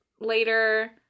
later